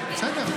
בסדר,